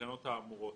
לתקנות האמורות.